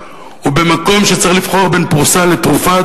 ובמקום שצריך לבחור בין פרוסה לתרופה,